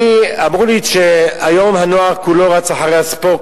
אמרו לי שהיום הנוער כולו רץ אחרי הספורט,